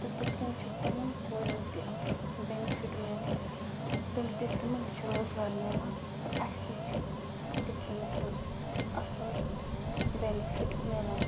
تہٕ تِتھ کٔنۍ چھِ تِمَن کورٮ۪ن تہِ بٮ۪نِفِٹ مِلان تِم تہِ تِمَن تہِ چھُ روزگار مِلان تہٕ اَسہِ تہِ چھِ تِتھۍ کٔنٮ۪تھ اَصٕل بٮ۪نِفِٹ مِلان